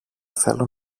θέλω